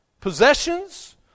possessions